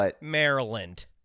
Maryland